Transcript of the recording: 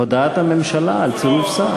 הודעת הממשלה על צירוף שר.